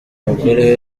umugore